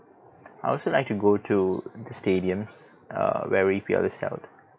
I also like to go to the stadiums err where E_P_L is held